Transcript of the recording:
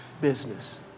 business